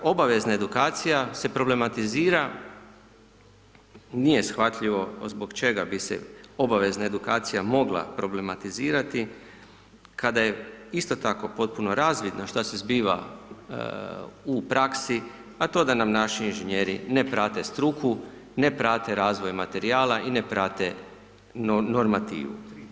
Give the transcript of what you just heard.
Obavezna edukacija se problematizira, nije shvatljivo zbog čega bi se obavezna edukacija mogla problematizirati kada je isto tako potpuno razvidno šta se zbiva u praksi, a to da nam naši inženjeri ne prate struku, ne prate razvoj materijala i ne prate normativu.